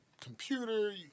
computer